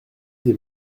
des